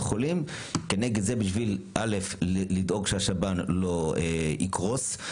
החולים כנגד זה בשביל לדאוג שהשב"ן לא יקרוס.